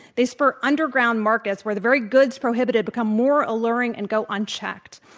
they spur underground markets where the very goods prohibited become more alluring and go unchecked.